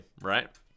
right